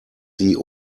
sie